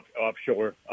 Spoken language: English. offshore